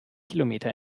kilometer